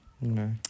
No